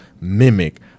mimic